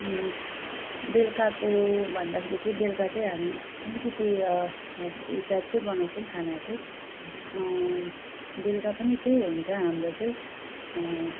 बेलकाको भन्दाखेरि चाहिँ बेलकाको हामी अलिकति यही टाइपकै बनाउँछौँ खानाहरू चाहिँ बेलका पनि त्यही हुन्छ हाम्रो चाहिँ